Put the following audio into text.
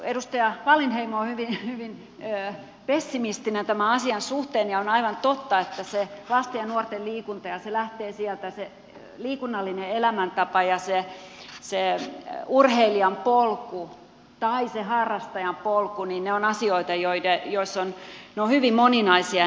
edustaja wallinheimo on hyvin pessimistinen tämän asian suhteen ja on aivan totta että se lasten ja nuorten liikunta se lähtee sieltä se liikunnallinen elämäntapa ja se urheilijan polku tai se harrastajan polku ja ne asiat ovat hyvin moninaisia